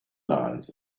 lawns